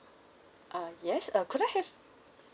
uh yes uh could I have